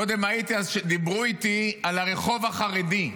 קודם הייתי, דיברו איתי על הרחוב החרדי.